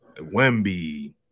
Wemby